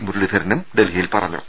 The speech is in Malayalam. മുരളീധരൻ ഡൽഹിയിൽ പറഞ്ഞു